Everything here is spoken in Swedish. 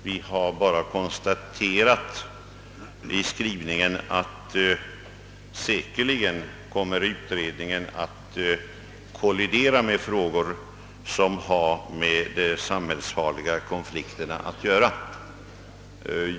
Vi har i skrivningen bara konstaterat, att säkerligen kommer utredningen att kollidera med frågor som har med de samhällsfarliga konflikterna att göra.